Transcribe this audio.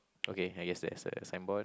okay I guess that's the signboard